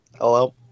Hello